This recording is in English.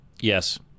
Yes